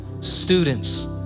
students